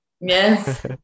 Yes